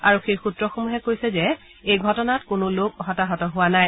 আৰক্ষীৰ সুত্ৰসমূহে কৈছে যে এই ঘটনাত কোনো লোক হতাহত হোৱা নাই